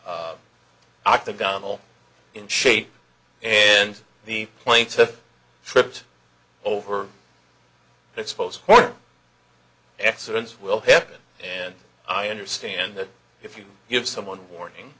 all in shape and the plaintiff tripped over to expose hoarder accidents will happen and i understand that if you give someone a warning